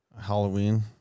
Halloween